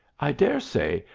i dare say,